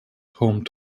home